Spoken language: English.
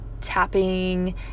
tapping